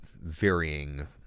varying